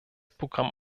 programm